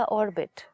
orbit